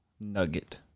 nugget